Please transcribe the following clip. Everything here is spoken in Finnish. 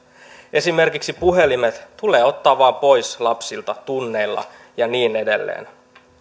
esimerkiksi puhelimet tulee vaan ottaa pois lapsilta tunneilla ja niin edelleen